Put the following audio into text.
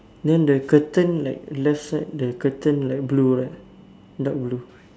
then the curtain like left side the curtain like blue right dark blue